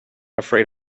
afraid